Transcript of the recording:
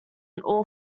all